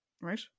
right